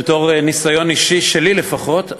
בתור ניסיון אישי שלי לפחות,